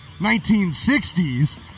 1960s